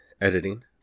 editing